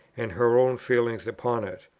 and her own feelings upon it.